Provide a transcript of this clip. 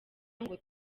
ngo